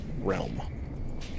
realm